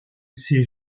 ces